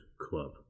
club